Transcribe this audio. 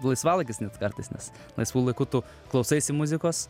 laisvalaikis net kartais nes laisvu laiku tu klausaisi muzikos